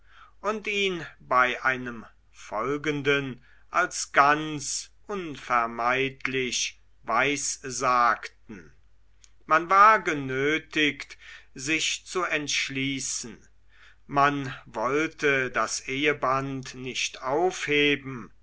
und ihn bei einem folgenden als ganz unvermeidlich weissagten man war genötigt sich zu entschließen man wollte das eheband nicht aufheben